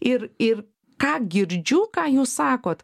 ir ir ką girdžiu ką jūs sakot